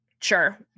sure